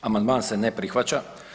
Amandman se ne prihvaća.